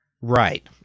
right